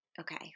Okay